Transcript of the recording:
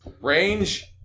Range